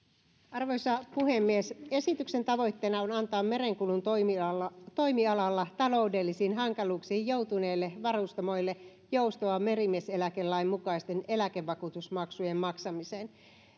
arvoisa puhemies esityksen tavoitteena on antaa merenkulun toimialalla toimialalla taloudellisiin hankaluuksiin joutuneille varustamoille joustoa merimieseläkelain mukaisten eläkevakuutusmaksujen maksamiseen